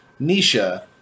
Nisha